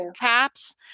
caps